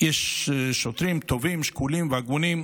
יש שוטרים טובים, שקולים והגונים,